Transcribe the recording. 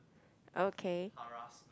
okay